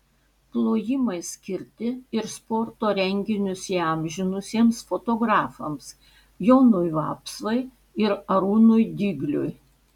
plojimai skirti ir sporto renginius įamžinusiems fotografams jonui vapsvai ir arūnui dygliui